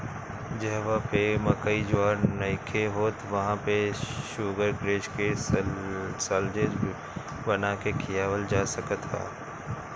जहवा पे मकई ज्वार नइखे होत वहां पे शुगरग्रेज के साल्लेज बना के खियावल जा सकत ह